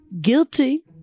Guilty